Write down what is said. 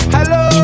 Hello